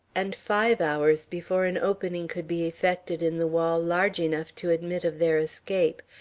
and five hours before an opening could be effected in the wall large enough to admit of their escape,